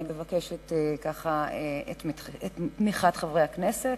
אני מבקשת את תמיכת חברי הכנסת.